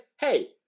hey